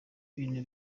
ibintu